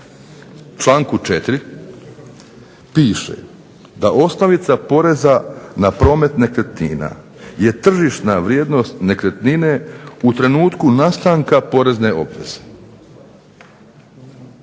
članku 4. piše da osnovica poreza na promet nekretnina je tržišna vrijednost nekretnine u trenutku nastanka porezne obveze.